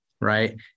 right